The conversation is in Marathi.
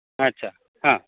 अच्छा हां